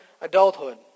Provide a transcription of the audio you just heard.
adulthood